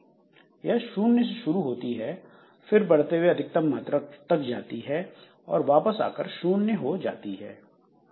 यह शून्य से शुरू होती है फिर बढ़ते हुए अधिकतम मात्रा तक जाती है और वापस आकर शुन्य हो जाती है